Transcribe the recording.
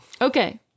Okay